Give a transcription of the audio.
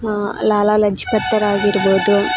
ಲಾಲಾ ಲಜ್ಪತರಾಗಿರ್ಬೋದು